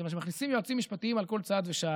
מכיוון שמכניסים יועצים משפטיים על כל צעד ושעל.